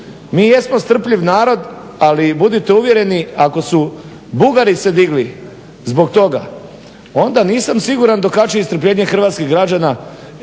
mi jesmo strpljiv narod ali budite uvjereni ako su se Bugari digli zbog toga onda nisam siguran do kada će i strpljenje hrvatskih građana